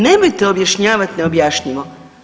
Nemojte objašnjavati neobjašnjivo.